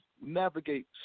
navigate